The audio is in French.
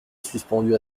suspendue